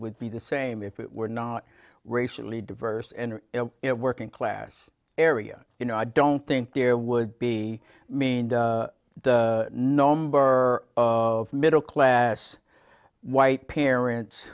would be the same if it were not racially diverse and it working class area you know i don't think there would be mean the number of middle class white parents